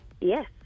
Yes